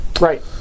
right